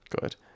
Good